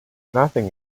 nothing